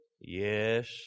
Yes